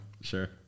Sure